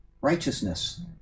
righteousness